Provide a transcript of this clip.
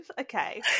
okay